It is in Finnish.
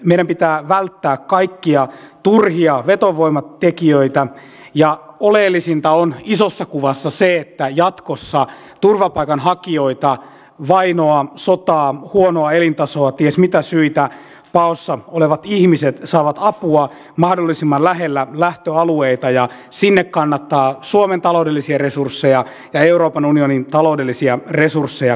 meidän pitää välttää kaikkia turhia vetovoimatekijöitä ja oleellisinta on isossa kuvassa se että jatkossa turvapaikanhakijat vainoa sotaa huonoa elintasoa ties mitä syitä paossa olevat ihmiset saavat apua mahdollisimman lähellä lähtöalueita ja sinne kannattaa suomen taloudellisia resursseja ja euroopan unionin taloudellisia resursseja kohdistaa